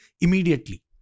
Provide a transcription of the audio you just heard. immediately